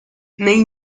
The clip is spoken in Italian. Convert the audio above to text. nei